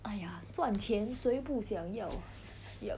!aiya! 赚钱谁不想要 yup